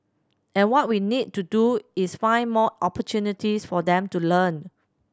and what we need to do is find more opportunities for them to learn